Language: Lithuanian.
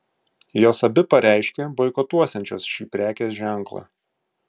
jos abi pareiškė boikotuosiančios šį prekės ženklą